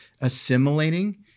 assimilating